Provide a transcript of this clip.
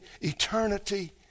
eternity